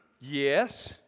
Yes